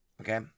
okay